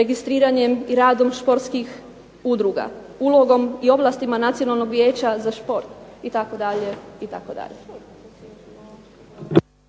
registriranjem i radom sportskih udruga, ulogom i ovlastima Nacionalnog vijeća sa šport itd.